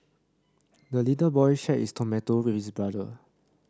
the little boy shared his tomato with brother